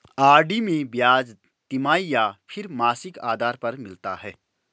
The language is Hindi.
आर.डी में ब्याज तिमाही या फिर मासिक आधार पर मिलता है?